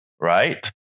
Right